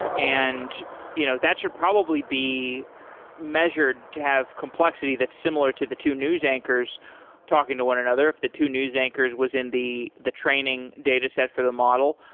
and you know that should probably be measured to have complexity that's similar to the two news anchors talking to one another, if the two news anchors was in the the training dataset for the model.